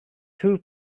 two